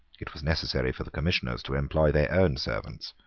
it was necessary for the commissioners to employ their own servants,